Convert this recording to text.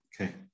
Okay